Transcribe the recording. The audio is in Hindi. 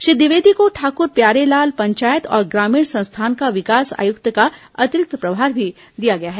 श्री द्विवेदी को ठाकुर प्यारेलाल पंचायत और ग्रामीण संस्थान का विकास आयुक्त का अतिरिक्त प्रभार भी दिया गया है